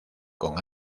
con